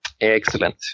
Excellent